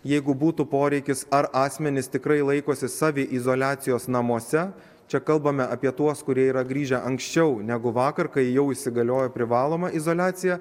jeigu būtų poreikis ar asmenys tikrai laikosi saviizoliacijos namuose čia kalbame apie tuos kurie yra grįžę anksčiau negu vakar kai jau įsigaliojo privaloma izoliacija